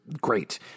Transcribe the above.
great